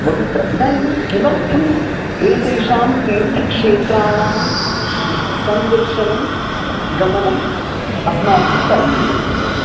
बहुत्र इदानीं किमर्थम् एतेषां तीर्थक्षेत्राणां सन्दर्शनं गमनम् अस्माभिः करणीयम्